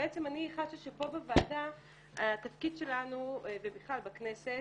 ובעצם אני חשה שפה בוועדה ובכלל בכנסת